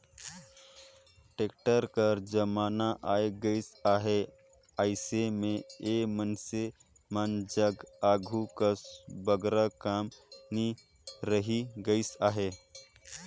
tractor कर जमाना आए गइस अहे, अइसे मे ए मइनसे मन जग आघु कस बगरा काम नी रहि गइस अहे